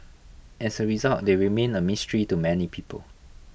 as A result they remain A mystery to many people